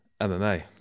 MMA